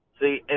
See